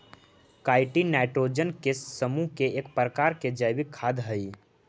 chitin nitrogen के समूह के एक प्रकार के जैविक खाद हई